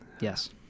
Yes